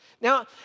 Now